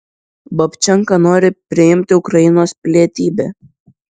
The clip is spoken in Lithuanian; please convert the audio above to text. babčenka nori priimti ukrainos pilietybę